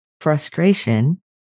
frustration